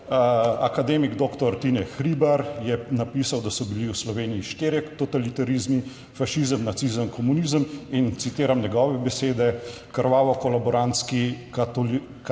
akademik doktor Tine Hribar je napisal, da so bili v Sloveniji štirje totalitarizmi, fašizem, nacizem, komunizem in citiram njegove besede: krvavo kolaborantski